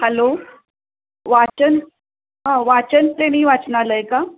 hello वाचन हां वाचनप्रेमी वाचनालय का